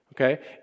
okay